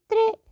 ترٛےٚ